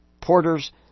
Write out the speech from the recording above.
porters